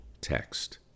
text